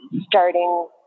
starting –